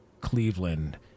cleveland